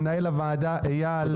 למנהל הוועדה איל,